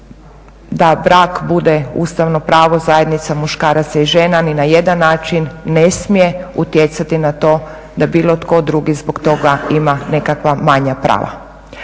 da brak bude ustavno pravo zajednica muškaraca i žena ni na jedan način ne smije utjecati na to da bilo tko drugi zbog toga ima nekakva manja prava.